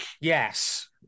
yes